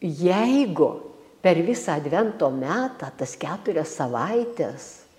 jeigu per visą advento metą tas keturias savaites